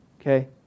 Okay